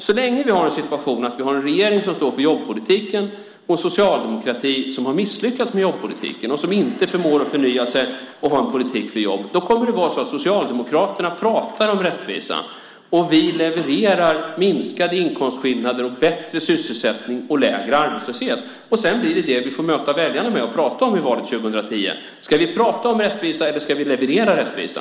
Så länge vi har en situation där vi har en regering som står för jobbpolitiken och en socialdemokrati som har misslyckats med jobbpolitiken och som inte förmår att förnya sig och ha en politik för jobb kommer det att vara så att Socialdemokraterna pratar om rättvisa medan vi levererar minskade inkomstskillnader, bättre sysselsättning och lägre arbetslöshet. Sedan blir det det som vi får möta väljarna med och prata om i valet 2010. Ska vi prata om rättvisa eller ska vi leverera rättvisa?